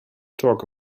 talk